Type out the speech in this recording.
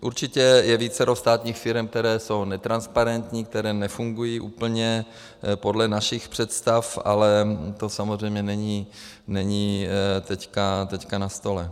Určitě je více státních firem, které jsou netransparentní, které nefungují úplně podle našich představ, ale to samozřejmě není teď na stole.